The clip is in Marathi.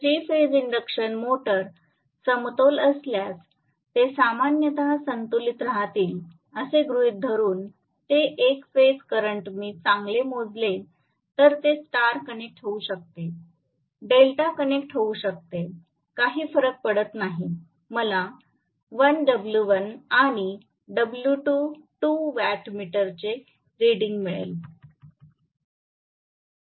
3 फेज इंडक्शन मीटर समतोल असल्यास ते सामान्यत संतुलित राहतील असे गृहीत धरुन ते 1 फेज करंट मी चांगले मोजले तर ते स्टार कनेक्ट होऊ शकते डेल्टा कनेक्ट होऊ शकते काही फरक पडत नाही मला 1 W1 आणि W2 2 वॅटमीटरचे वाचन मिळेल